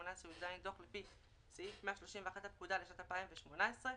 18יז דוח לפי סעיף 131 לפקודה לשנת המס 2018,